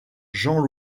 jean